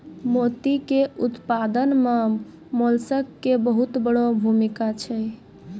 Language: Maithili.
मोती के उपत्पादन मॅ मोलस्क के बहुत वड़ो भूमिका छै